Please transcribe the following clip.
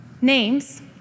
Names